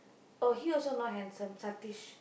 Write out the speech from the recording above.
oh he also not handsome Satish